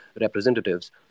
representatives